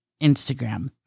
Instagram